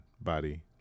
body